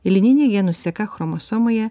ir linijinė genų seka chromosomoje